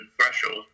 threshold